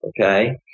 okay